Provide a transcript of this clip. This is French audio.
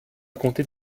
compter